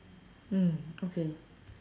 mm okay